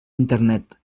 internet